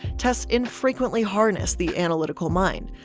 tests infrequently harness the analytical mind.